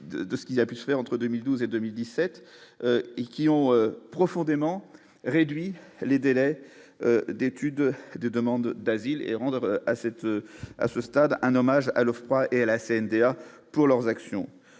de ce qu'il a plus fait entre 2012 et 2017 et qui ont profondément réduit les délais d'étude des demandes d'asile et rendre à cette, à ce stade, un hommage à l'Ofpra et à la CNDA pour leurs actions